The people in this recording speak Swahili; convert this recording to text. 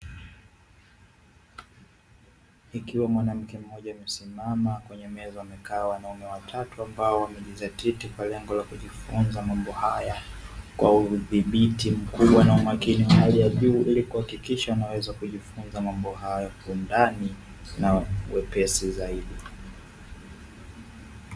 Ikiwa mwanamke mmoja amesimama kwenye meza wamekaa wanaume watatu ambao wamejizatiti kwa lengo la kujifunza mambo haya kwa udhibiti mkubwa, na umakini wa hali ya juu ili kuhakikisha wanaweza kujifunza mambo hayo kiundani na wepesi zaidi.